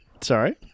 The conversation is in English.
Sorry